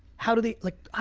how do they, like,